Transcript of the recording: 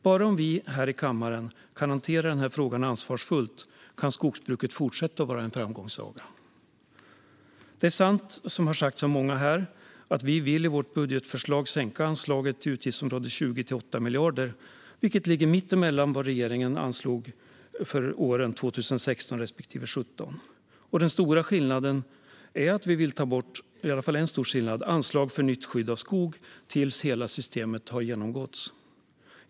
Bara om vi här i kammaren hanterar den frågan ansvarsfullt kan skogsbruket fortsätta att vara en framgångssaga. Det är sant som sagts av många här att vi i vårt budgetförslag vill sänka anslaget för Utgiftsområde 20 till 8 miljarder. Det ligger mitt emellan vad regeringen anslog för åren 2016 respektive 2017. En stor skillnad är att vi vill ta bort anslag för nytt skydd av skog tills hela systemet har gåtts igenom.